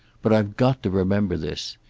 but i've got to remember this.